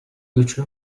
üçü